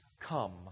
come